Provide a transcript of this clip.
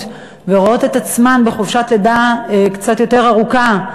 ורואות את עצמן בחופשת לידה קצת יותר ארוכה,